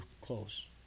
close